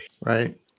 right